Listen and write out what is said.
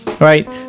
right